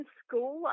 school